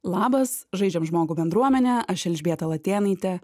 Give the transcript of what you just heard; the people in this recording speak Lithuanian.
labas žaidžiam žmogų bendruomene aš elžbieta latėnaitė